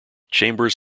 chambers